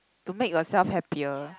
to make yourself happier